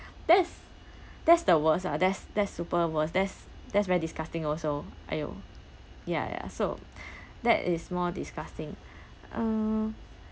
that's that's the worst ah that's that's super worst that's that's very disgusting also !aiyo! ya ya so that is more disgusting um